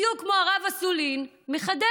בדיוק כמו הרב אסולין מחדרה?